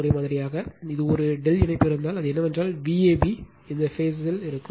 எனவே இது ஒரு ∆ இணைப்பு இருந்தால் அது என்னவென்றால் Vab இந்த பேஸ்ல் இருக்கும்